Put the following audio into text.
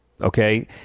Okay